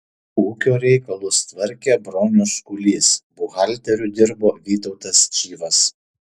ūkio reikalus tvarkė bronius kūlys buhalteriu dirbo vytautas čyvas